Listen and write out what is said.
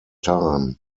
time